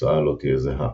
התוצאה לא תהיה זהה.